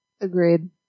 Agreed